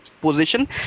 position